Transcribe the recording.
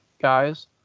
guys